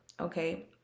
okay